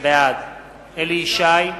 בעד אליהו ישי,